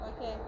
Okay